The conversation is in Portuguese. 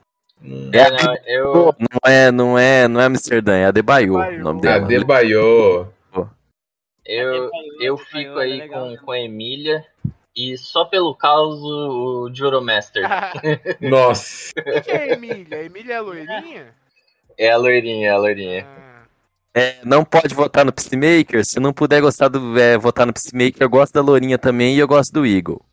Hum. É a- Não, eu- Não é- não é- não é Amsterdã, é Adebayo, Adebayo. o nome dela, né? Adebayo. Eu- eu Adebayo, fico Adebayo, aí é legal, com- né? com a Emília, e só pelo caos, o- o Judomaster. Nossa. O que é a Emília? A Emília é a loirinha? É a loirinha, é a loirinha. Ah. É, não pode votar no Peacemaker? Se não puder gostar do- é, votar no Peacemaker, eu gosto da loirinha também, e eu gosto do Eagle.